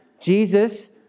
Jesus